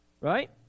Right